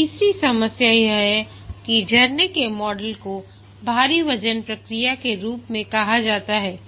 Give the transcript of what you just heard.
तीसरी समस्या यह है कि झरने के मॉडल को भारी वजन प्रक्रिया के रूप में कहा जाता है